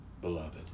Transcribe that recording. beloved